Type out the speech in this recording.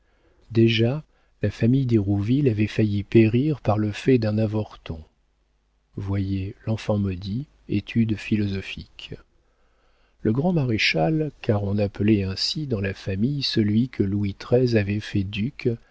déjà la famille d'hérouville avait failli périr par le fait d'un avorton voyez l'enfant maudit études philosophiques le grand-maréchal car on appelait ainsi dans la famille celui que louis xiii avait fait duc